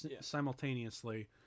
simultaneously